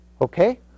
okay